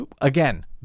again